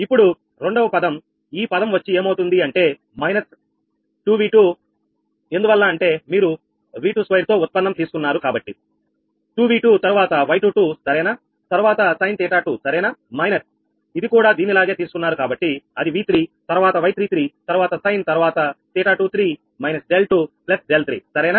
ఇప్పుడు రెండవ పదం ఈ పదం వచ్చి ఏమవుతుంది అంటే మైనస్ 2 V2 ఎందువల్ల అంటే మీరు 𝑉22 తో ఉత్పన్నం తీసుకున్నారు కాబట్టి 2𝑉2 తరువాత 𝑌22 సరేనా తరువాత 𝑠𝑖𝑛𝜃2 సరేనా మైనస్ ఇది కూడా దీనిలాగే తీసుకున్నారు కాబట్టి అది V3 తరువాత Y33 తరువాత సైన్ తరువాత 𝜃23 − 𝛿2 𝛿3 సరేనా